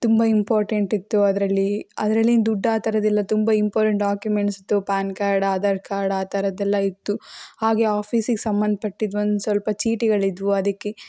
ತುಂಬ ಇಂಪೋರ್ಟೆಂಟ್ ಇತ್ತು ಅದರಲ್ಲಿ ಅದ್ರಲೇನ್ನು ದುಡ್ಡು ಆ ಥರದ್ದೆಲ್ಲ ತುಂಬ ಇಂಪೋರ್ಟೆಂಟ್ ಡಾಕ್ಯುಮೆಂಟ್ಸ್ ಇತ್ತು ಪಾನ್ ಕಾರ್ಡ್ ಆಧಾರ್ ಕಾರ್ಡ್ ಆ ಥರದ್ದೆಲ್ಲ ಇತ್ತು ಹಾಗೇ ಆಫೀಸಿಗೆ ಸಂಬಂಧ್ಪಟ್ಟಿದ್ದು ಒಂದು ಸ್ವಲ್ಪ ಚೀಟಿಗಳಿದ್ದವು ಅದಕ್ಕೆ